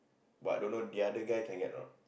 but don't know the other guy can get or not